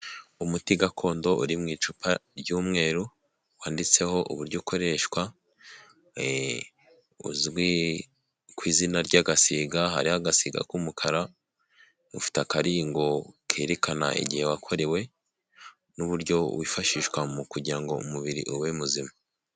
Umuti gakondo uri mu icupa ry'umweru wanditseho uburyo ukoreshwa, uzwi ku izina ry'agasiga hariho agasiga k'umukara, ufite akaringo kerekana igihe wakorewe n'uburyo wifashishwa mu kugira ngo umubiri ube muzima.